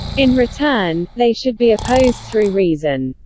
in return, they should be opposed through reason.